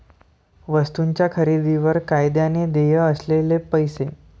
वस्तूंच्या खरेदीवर कायद्याने देय असलेले पैसे